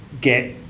get